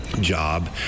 job